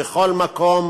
בכל מקום